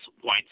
white